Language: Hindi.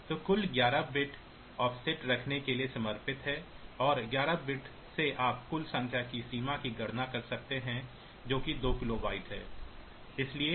तो कुल 11 बिट ऑफ़सेट रखने के लिए समर्पित हैं और 11 बिट्स से आप कुल संख्या की सीमा की गणना कर सकते हैं जो कि 2 किलोबाइट है